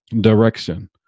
direction